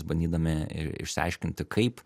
bandydami ir išsiaiškinti kaip